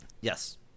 yes